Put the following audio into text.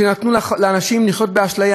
וחבר הכנסת שמולי גם בטוח יסכים אתי,